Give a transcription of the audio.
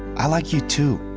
i like you too.